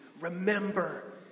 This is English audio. Remember